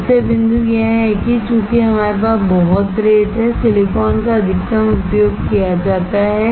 इसलिए बिंदु यह है कि चूंकि हमारे पास बहुत रेत है सिलिकॉन का अधिकतम उपयोग किया जाता है